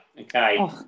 Okay